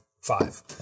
five